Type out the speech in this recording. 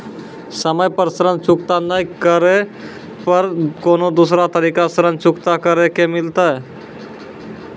समय पर ऋण चुकता नै करे पर कोनो दूसरा तरीका ऋण चुकता करे के मिलतै?